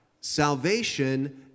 salvation